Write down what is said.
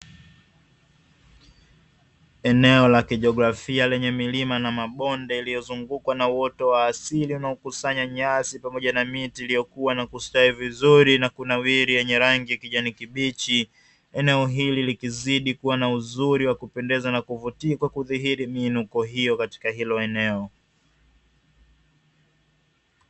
Eneo la kijiografia lenye milima na mabonde yaliyozungukwa na uoto wa asili wanaokusanya nyasi pamoja na miti iliyokuwa na kustawi vizuri na kunawiri, yenye rangi kijani kibichi eneo ili likizidi kuwa na uzuri wa kupendeza na kuvutia kwa kudhihiri miinuko hiyo katika hilo eneo.